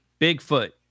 Bigfoot